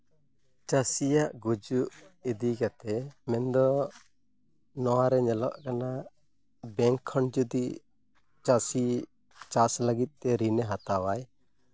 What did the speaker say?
ᱪᱟᱹᱥᱤᱭᱟᱜ ᱜᱩᱡᱩᱜ ᱤᱫᱤ ᱠᱟᱛᱮᱫ ᱢᱮᱱᱫᱚ ᱱᱚᱣᱟᱨᱮ ᱧᱮᱞᱚᱜ ᱠᱟᱱᱟ ᱵᱮᱝᱠ ᱠᱷᱚᱱ ᱡᱩᱫᱤ ᱪᱟᱹᱥᱤ ᱪᱟᱥ ᱞᱟᱹᱜᱤᱫᱼᱛᱮ ᱨᱤᱱᱮ ᱦᱟᱛᱟᱣᱟᱭ